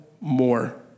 more